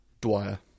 dwyer